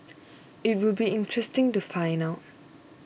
it would be interesting to find out